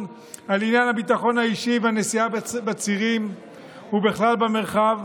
על עניין הביטחון האישי והנסיעה בצירים ובכלל במרחב,